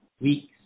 weeks